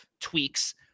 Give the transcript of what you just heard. tweaks